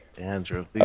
Andrew